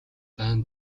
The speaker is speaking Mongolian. дайн